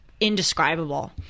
indescribable